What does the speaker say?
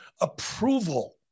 approval